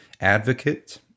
advocate